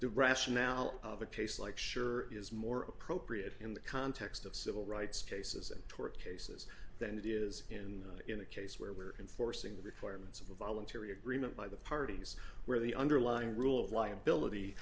the rationale of a case like sure is more appropriate in the context of civil rights cases and tort cases than it is in in a case where we're enforcing the requirements of a voluntary agreement by the parties where the underlying rule of liability